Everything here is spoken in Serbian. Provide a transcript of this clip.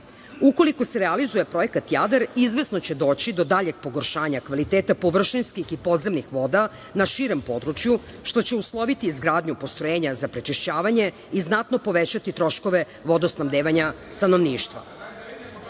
šora. Ukoliko se realizuje projekat Jadar izvesno će doći do daljeg pogoršanja kvaliteta površinskih i podzemnih voda na širem području, što će usloviti izgradnju postrojenja za prečišćavanje i znatno povećati troškove vodosnabdevanja stanovništva. Raspoložive